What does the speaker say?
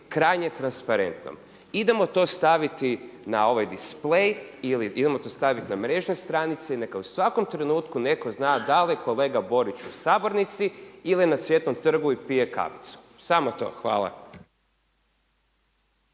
krajnje transparentnim. Idemo to staviti na ovaj displej, ili idemo to staviti na mrežne stranice i neka u svakom trenutku neko zna da li je kolega Borić u sabornici ili je na Cvjetnom trgu i pije kavicu. Samo to. Hvala.